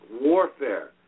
warfare